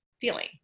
feeling